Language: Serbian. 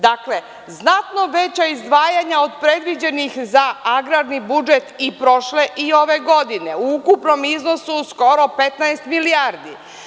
Dakle, znatno veća izdvajanja od predviđenih za agrarni budžet, i prošle, i ove godine, u ukupnom iznosu skoro 15 milijardi.